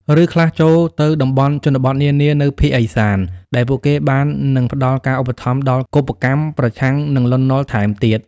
ឬខ្លះចូលទៅតំបន់ជនបទនានានៅភាគឦសាន ដែលពួកគេបាននឹងផ្ដល់ការឧបត្ថម្ភដល់កុបកម្មប្រឆាំងនឹងលន់ នល់ថែមទៀត។